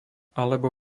alebo